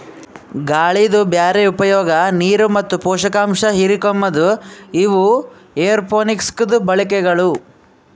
ಗಾಳಿದು ಬ್ಯಾರೆ ಉಪಯೋಗ, ನೀರು ಮತ್ತ ಪೋಷಕಾಂಶ ಹಿರುಕೋಮದು ಇವು ಏರೋಪೋನಿಕ್ಸದು ಬಳಕೆಗಳು